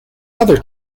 other